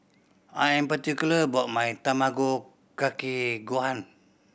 I'm particular about my Tamago Kake Gohan